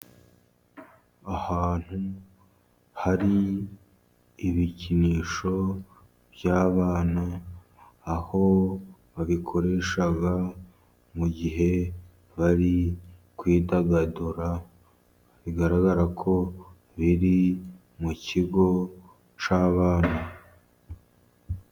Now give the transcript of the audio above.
Ahantu hari ibikinisho by'abana, aho babikoresha mu gihe bari kwidagadura bigaragara ko biri mu kigo cy'abana.